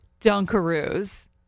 Dunkaroo's